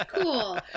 cool